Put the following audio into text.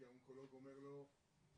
כי האונקולוג אומר לו "חביבי,